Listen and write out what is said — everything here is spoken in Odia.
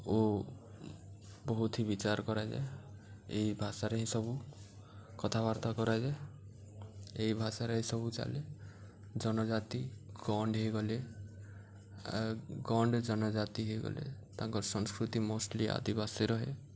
ଓ ବହୁତ ହିଁ ବିଚାର କରାଯାଏ ଏହି ଭାଷାରେ ହିଁ ସବୁ କଥାବାର୍ତ୍ତା କରାଯାଏ ଏହି ଭାଷାରେ ହିଁ ସବୁ ଚାଲେ ଜନଜାତି ଗଣ୍ଡ୍ ହୋଇଗଲେ ଗଣ୍ଡ୍ ଜନଜାତି ହୋଇଗଲେ ତାଙ୍କର ସଂସ୍କୃତି ମୋଷ୍ଟ୍ଲି ଆଦିବାସୀ ରୁହେ